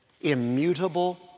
immutable